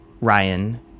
Ryan